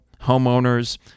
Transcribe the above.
homeowners